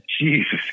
Jesus